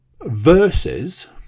Versus